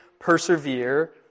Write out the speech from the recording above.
persevere